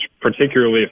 particularly